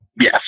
yes